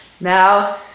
Now